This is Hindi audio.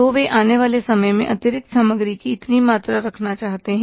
तो वे आने वाले समय में अतिरिक्त सामग्री की इतनी मात्रा रखना चाहते हैं